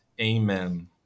amen